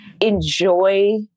enjoy